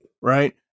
Right